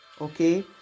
okay